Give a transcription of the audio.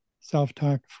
self-talk